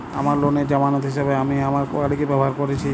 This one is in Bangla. আমার লোনের জামানত হিসেবে আমি আমার বাড়িকে ব্যবহার করেছি